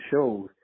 shows